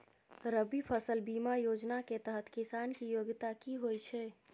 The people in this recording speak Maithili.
रबी फसल बीमा योजना केँ तहत किसान की योग्यता की होइ छै?